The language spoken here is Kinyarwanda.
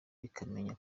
bakamenya